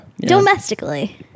Domestically